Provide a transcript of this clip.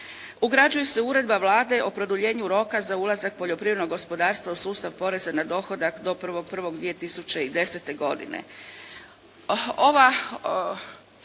Ugrađuje se Uredba Vlade o produljenju roka za ulazak poljoprivrednog gospodarstva u sustav poreza na dohodak do 1. 1. 2010. godine.